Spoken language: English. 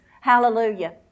Hallelujah